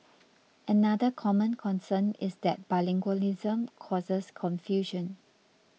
another common concern is that bilingualism causes confusion